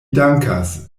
dankas